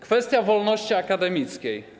Kwestia wolności akademickiej.